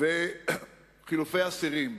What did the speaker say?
וחילופי אסירים,